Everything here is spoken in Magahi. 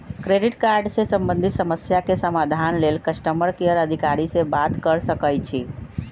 क्रेडिट कार्ड से संबंधित समस्या के समाधान लेल कस्टमर केयर अधिकारी से बात कर सकइछि